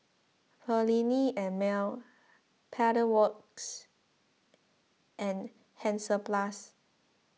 Perllini and Mel Pedal Works and Hansaplast